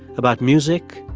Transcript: about music,